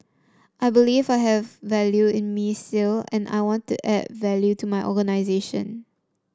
I believe I have value in me still and I want to add value to my organisation